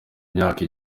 imyaka